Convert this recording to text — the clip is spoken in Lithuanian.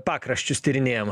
pakraščius tyrinėjam